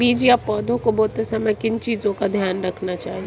बीज या पौधे को बोते समय किन चीज़ों का ध्यान रखना चाहिए?